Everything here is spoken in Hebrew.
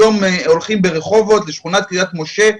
היום הולכים ברחובות לשכונת קריית משה,